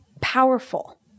powerful